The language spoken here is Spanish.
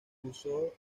cursó